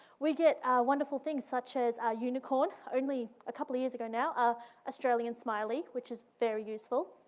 we get wonderful things such as ah unicorn, only a couple of years ago now, ah australian smiley, which is very useful.